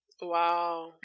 Wow